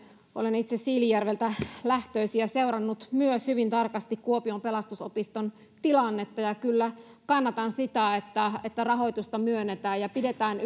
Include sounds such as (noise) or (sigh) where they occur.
olen itse siilinjärveltä lähtöisin ja seurannut myös hyvin tarkasti kuopion pelastusopiston tilannetta ja kyllä kannatan sitä että että rahoitusta myönnetään ja pidetään (unintelligible)